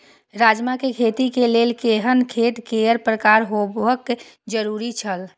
राजमा के खेती के लेल केहेन खेत केय प्रकार होबाक जरुरी छल?